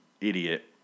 idiot